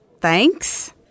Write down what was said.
thanks